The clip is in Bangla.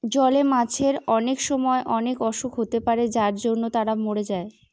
জলে মাছের অনেক সময় অনেক অসুখ হতে পারে যার জন্য তারা মরে যায়